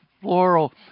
floral